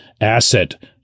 asset